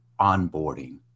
onboarding